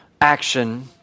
action